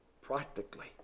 practically